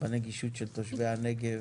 בנגישות של תושבי הנגב,